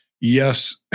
Yes